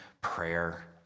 prayer